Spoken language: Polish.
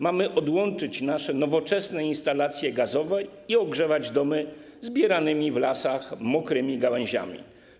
Mamy odłączyć nasze nowoczesne instalacje gazowe i ogrzewać domy zbieranymi w lasach mokrymi gałęziami.